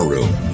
Room